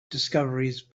discoveries